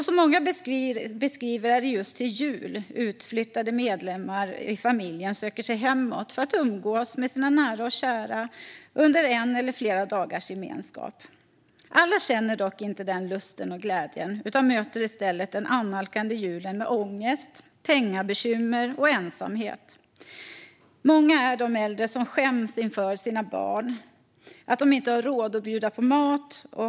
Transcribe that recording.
Som många beskriver är det just till jul som utflyttade familjemedlemmar söker sig hemåt för att umgås med sina nära och kära under en eller flera dagars gemenskap. En del känner dock inte den lusten och glädjen utan möter i stället den annalkande julen med ångest, pengabekymmer och ensamhet. Många är de äldre som skäms inför sina barn för att de inte har råd att bjuda på mat.